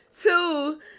Two